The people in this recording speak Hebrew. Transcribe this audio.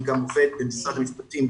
אני גם עובד במשרד המשפטים,